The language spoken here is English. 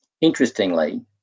Interestingly